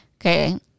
Okay